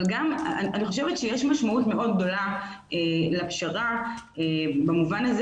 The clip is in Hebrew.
אבל יש משמעות מאוד גדולה לפשרה במובן הזה